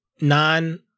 non